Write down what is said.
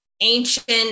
ancient